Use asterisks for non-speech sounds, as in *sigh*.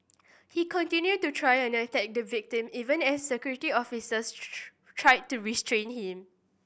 he continued to try and attack the victim even as Security Officers *unintelligible* tried to restrain him